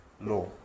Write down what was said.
law